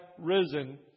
risen